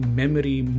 memory